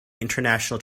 international